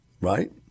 Right